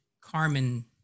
Carmen